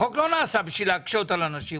החוק לא נעשה בשביל להקשות על אנשים,